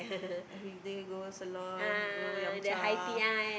everyday go salon go yum-cha